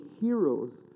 heroes